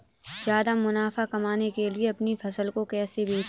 ज्यादा मुनाफा कमाने के लिए अपनी फसल को कैसे बेचें?